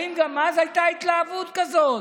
האם גם אז הייתה התלהבות כזאת?